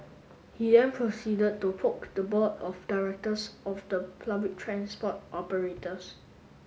he then proceeded to poke the board of directors of the public transport operators